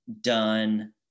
done